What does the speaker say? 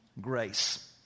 grace